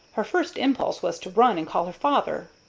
her first impulse was to run and call her father.